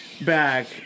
bag